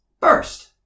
First